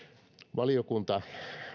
valiokunta